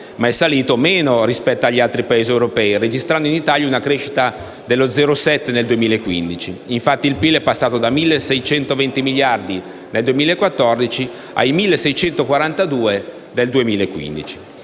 ma è salito meno rispetto ad altri Paesi europei, registrando in Italia una crescita dello 0,7 per cento nel 2015. Il PIL è infatti passato dai 1.620 miliardi del 2014, ai 1.642 del 2015.